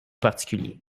particuliers